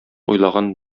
уйлаган